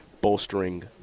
bolstering